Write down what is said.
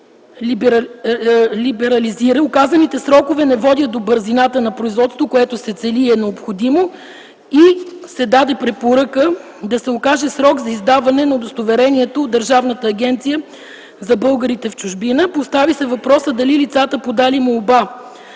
либерализира. Указаните срокове не водят до бързина на производството, което се цели, и е необходимо и се даде препоръка да се укаже срок за издаване на удостоверението от Държавна агенция за българите в чужбина. Постави се въпросът дали лицата, подали молба